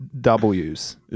W's